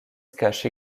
cache